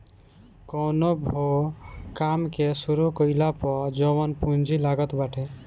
कवनो भो काम के शुरू कईला पअ जवन पूंजी लागत बाटे